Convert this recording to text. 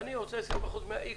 אני רוצה 20% מה-X.